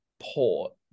port